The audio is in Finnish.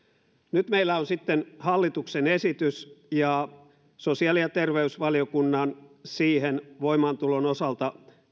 nyt meillä on sitten hallituksen esitys ja sosiaali ja terveysvaliokunnan siihen voimaantulon osalta